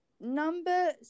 Number